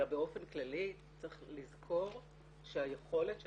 אלא באופן כללי צריך לזכור שהיכולת של